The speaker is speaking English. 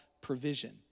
provision